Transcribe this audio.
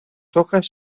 hojas